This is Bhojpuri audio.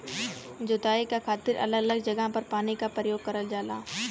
जोताई क खातिर अलग अलग जगह पर पानी क परयोग करल जाला